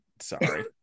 Sorry